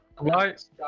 right